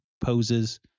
poses